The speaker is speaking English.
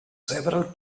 several